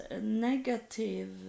negative